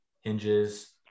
Hinges